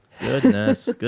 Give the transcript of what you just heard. Goodness